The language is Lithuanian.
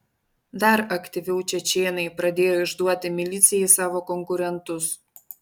dar aktyviau čečėnai pradėjo išduoti milicijai savo konkurentus